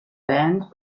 band